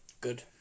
Good